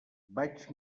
vaig